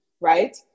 right